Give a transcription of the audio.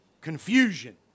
confusion